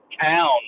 town